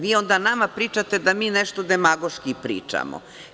Vi onda nama pričate da mi nešto demagoški pričamo.